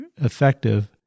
effective